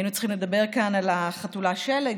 היינו צריכים לדבר כאן על החתולה שלג,